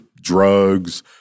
drugs